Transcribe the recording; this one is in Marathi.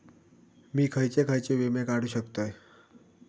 मी खयचे खयचे विमे काढू शकतय?